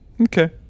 Okay